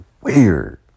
weird